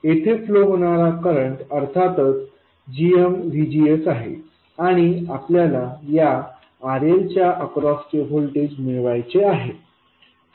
येथे फ्लो होणारा करंट अर्थातच gmVGSआहे आणि आपल्याला या RL च्या अक्रॉस चे व्होल्टेज मिळवायचे आहे